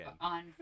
on